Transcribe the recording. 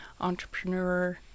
entrepreneur